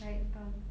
like um